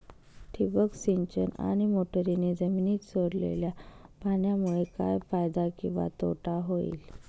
ठिबक सिंचन आणि मोटरीने जमिनीत सोडलेल्या पाण्यामुळे काय फायदा किंवा तोटा होईल?